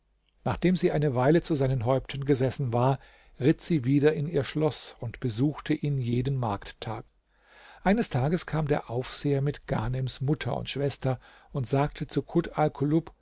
nachdem sie eine weile zu seinen häupten gesessen war ritt sie wieder in ihr schloß und besuchte ihn jeden markttag eines tages kam der aufseher mit ghanems mutter und schwester und sagte zu